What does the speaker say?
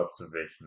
observation